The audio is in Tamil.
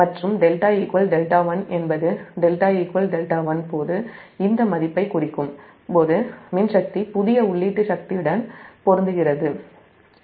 மற்றும்δδ1 என்பது δ δ1 போது இந்த மதிப்பைக் குறிக்கும் போதுமின்சக்தி புதிய உள்ளீட்டுடன் பொருந்துகிறதுசக்தி பை